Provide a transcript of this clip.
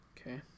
Okay